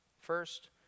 first